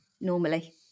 normally